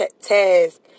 task